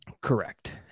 correct